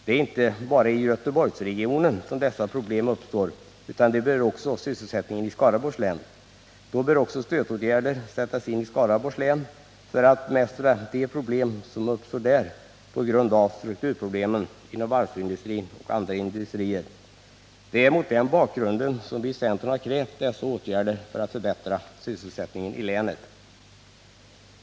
Det är inte bara i Göteborgsregionen som dessa problem uppstår, utan de berör också sysselsättningen i Skaraborgs län. Då bör stödåtgärder sättas in även i Skaraborgs län för att bemästra de problem som uppstår där på grund av strukturproblemen inom varvsindustrin och andra industrier. Det är mot den bakgrunden som vi i centern har krävt dessa åtgärder för att förbättra sysselsättningen i länet.